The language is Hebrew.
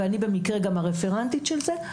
ואני במקרה גם הרפרנטית של זה.